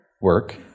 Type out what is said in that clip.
work